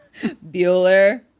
bueller